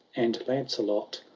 and lancelot,